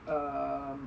um